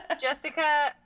Jessica